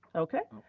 okay.